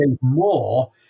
more